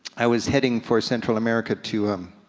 i was heading for central america to um